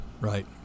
Right